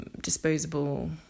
Disposable